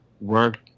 work